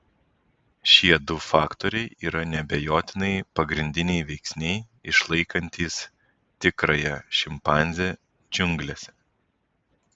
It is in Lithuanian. šie du faktoriai yra neabejotinai pagrindiniai veiksniai išlaikantys tikrąją šimpanzę džiunglėse